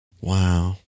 Wow